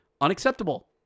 unacceptable